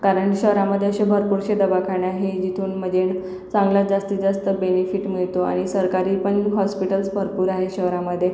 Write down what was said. कारण शहरामध्ये असे भरपूरसे दवाखाने आहे जिथून म्हणजे चांगल्यात जास्तीत जास्त बेनिफिट मिळतो आणि सरकारी पण हॉस्पिटल्स भरपूर आहेत शहरामध्ये